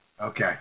Okay